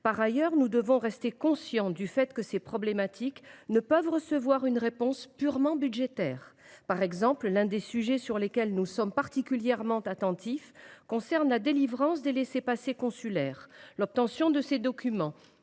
Par ailleurs, nous devons rester conscients du fait que ces problématiques ne peuvent pas recevoir une réponse purement budgétaire. Par exemple, l’un des sujets sur lesquels nous sommes particulièrement attentifs concerne la délivrance des laissez passer consulaires. L’obtention de ces documents,